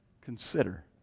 Consider